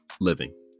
living